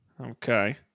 Okay